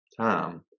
time